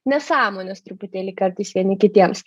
nesąmones truputėlį kartais vieni kitiems